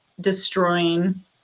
destroying